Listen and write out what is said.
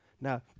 Now